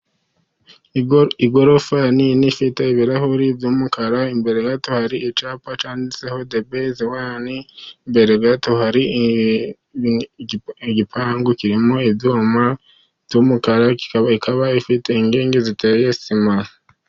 Igorofa ya nini ifite ibirahuri by'umukara imbere gato hari icyapa cyanditseho de besi wani, imbere gato hari igipangu kirimo ibyuma cy'umukara ikaba ifite inkingi ziteye sima.